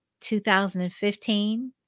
2015